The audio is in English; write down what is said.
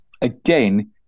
Again